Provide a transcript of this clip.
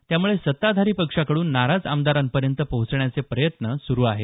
त्यामुळे सत्ताधारी पक्षाकडून नाराज आमदारांपर्यंत पोहचण्याचे प्रयत्न सुरू आहेत